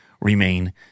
remain